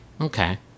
Okay